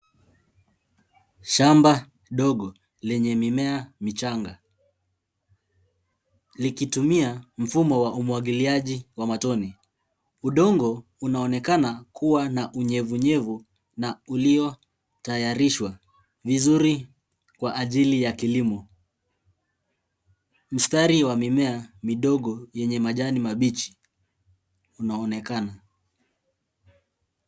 Shamba ndogo lenye mimea michanga likitumia mfumo wa umwangiliaji wa matone. Udongo unaonekana kuwa na unyevu nyevu na uliotayarishwa vizuri kwa ajili ya kilimo. Mstari wa mimea midogo yenye majani mabichi unaonekana.